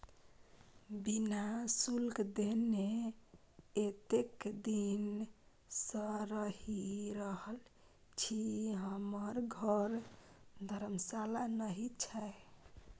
बिना शुल्क देने एतेक दिन सँ रहि रहल छी हमर घर धर्मशाला नहि छै